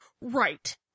Right